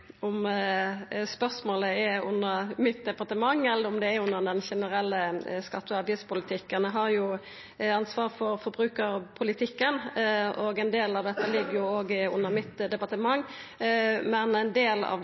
spørsmålet er under departementet mitt, eller om det er under den generelle skatt- og avgiftspolitikken. Eg har jo ansvaret for forbrukarpolitikken og ein del av dette ligg òg under departementet mitt, men ein del av